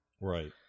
Right